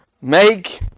make